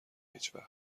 هیچوقت